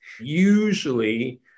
Usually